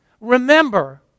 remember